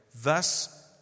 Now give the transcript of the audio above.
Thus